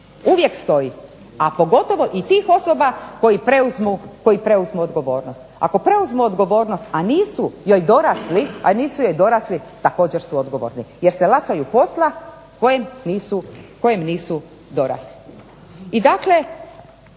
uvijek stoji, a pogotovo i tih osoba koji preuzmu odgovornost. Ako preuzmu odgovornost, a nisu joj dorasli također su odgovorni jer se laćaju posla kojem nisu dorasli. I dakle,